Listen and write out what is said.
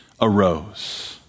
arose